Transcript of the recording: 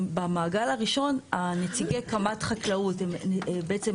במעגל הראשון נציגי קמ"ט חקלאות הם בעצם,